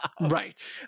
Right